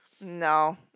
No